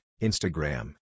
Instagram